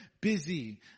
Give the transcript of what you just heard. busy